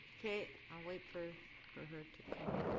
okay, i'll wait for for her to come.